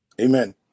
Amen